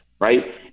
Right